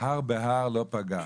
"הר בהר לא פגע",